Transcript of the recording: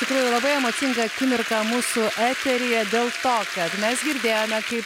tikrai labai emocinga akimirka mūsų eteryje dėl to kad mes girdėjome kaip